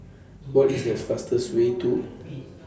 What IS The fastest Way to